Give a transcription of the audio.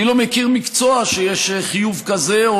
אני לא מכיר מקצוע שיש בו חיוב כזה,